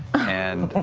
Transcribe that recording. and.